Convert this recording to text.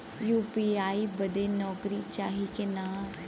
UPI बदे नौकरी चाही की ना?